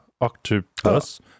octopus